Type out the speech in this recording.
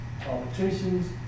politicians